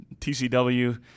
TCW